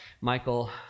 Michael